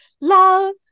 love